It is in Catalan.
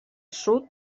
sud